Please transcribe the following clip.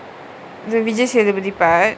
the vijaysethupathi fan